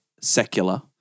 secular